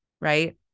right